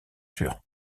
sûr